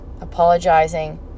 apologizing